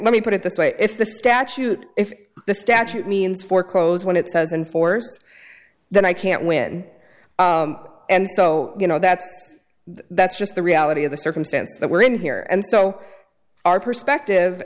let me put it this way if the statute if the statute means foreclose when it says and force that i can't win and so you know that that's just the reality of the circumstance that we're in here and so our perspective